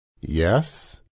Yes